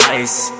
ice